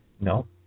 No